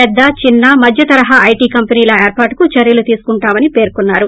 పెద్ద చిన్స మధ్యతరహో ఐటీ కంపెనీల ఏర్పాటుకు చర్యలు తీసుకుంటామని పేర్కొన్నారు